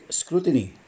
scrutiny